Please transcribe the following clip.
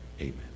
Amen